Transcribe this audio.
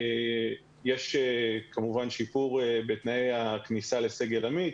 יש כמובן שיפור בתנאי הכניסה לסגל עמית,